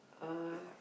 uh